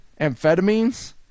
amphetamines